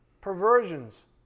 perversions